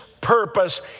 purpose